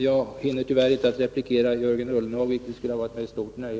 Jag hinner tyvärr inte replikera Jörgen Ullenhag, vilket skulle ha varit ett stort nöje.